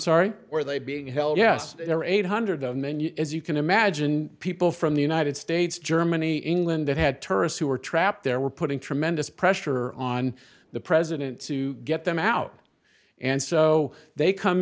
sorry where are they being held yes there are eight hundred a menu as you can imagine people from the united states germany england that had tourists who were trapped there were putting tremendous pressure on the president to get them out and so they come